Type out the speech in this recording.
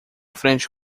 frente